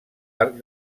arc